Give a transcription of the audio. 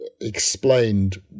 explained